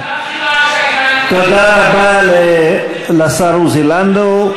ממשלה הכי רעה שהייתה, תודה רבה לשר עוזי לנדאו.